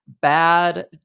bad